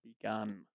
begun